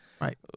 Right